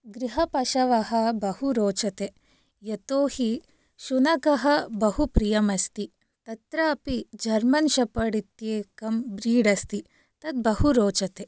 गृहपशवः बहु रोचते यतो हि शुनकः बहुप्रियम् अस्ति तत्रापि जर्मन् शपर्ड् इति एकं ब्रीड् अस्ति तद् बहु रोचते